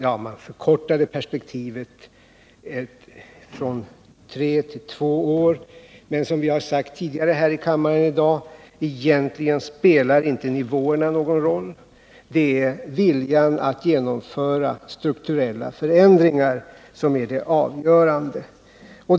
Perspektivet har visserligen förkortats från tre till två år, men, som det sagts tidigare i kammaren i dag, egentligen spelar inte nivåerna någon roll. Det är viljan att genomföra strukturella förändringar som är det avgörande.